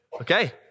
Okay